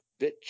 bitch